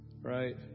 right